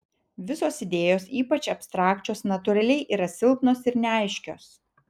visos idėjos ypač abstrakčios natūraliai yra silpnos ir neaiškios